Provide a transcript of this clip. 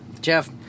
Jeff